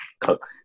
cook